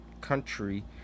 Country